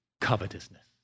covetousness